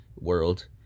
world